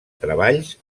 treballs